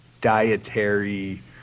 dietary